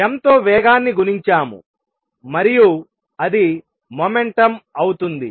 m తో వేగాన్ని గుణించాము మరియు అది మొమెంటుమ్ అవుతుంది